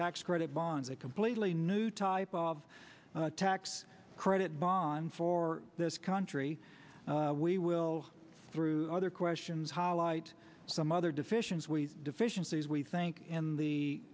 tax credit bonds a completely new type of tax credit bond for this country we will through other questions highlight some other deficiency deficiencies we think in the